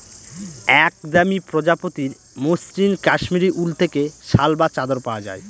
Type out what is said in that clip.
এক দামি প্রজাতির মসৃন কাশ্মীরি উল থেকে শাল বা চাদর পাওয়া যায়